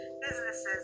businesses